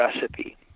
recipe